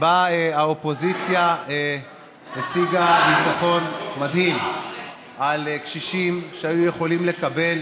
שבה האופוזיציה השיגה ניצחון מדהים על קשישים שהיו יכולים לקבל